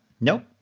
Nope